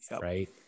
Right